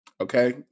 Okay